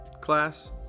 Class